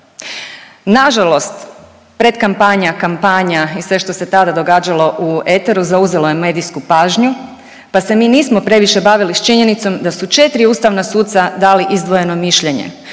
Na žalost predkamapanja, kampanja i sve što se tada događalo u eteru zauzelo je medijsku pažnju pa se mi nismo previše bavili s činjenicom da su 4 ustavna suca dali izdvojeno mišljenje